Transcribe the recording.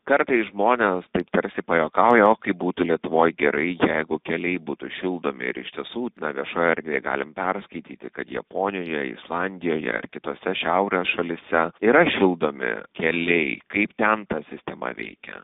kartais žmonės taip tarsi pajuokauja o kaip būtų lietuvoj gerai jeigu keliai būtų šildomi ir iš tiesų na viešoj erdvėj galime perskaityti kad japonijoj islandijoje ar kitose šiaurės šalyse yra šildomi keliai kaip ten ta sistema veikia